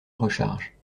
recharge